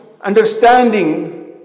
understanding